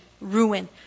ruin